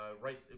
right